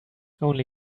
only